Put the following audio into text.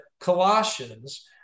Colossians